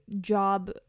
job